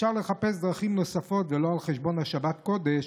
אפשר לחפש דרכים נוספות ולא על חשבון שבת קודש.